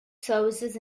services